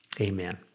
Amen